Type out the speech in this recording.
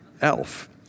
Elf